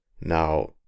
Now